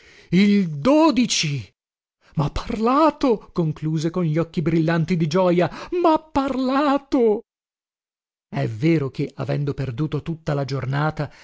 il ha parlato concluse con gli occhi brillanti di gioja mha parlato è vero che avendo perduto tutta la giornata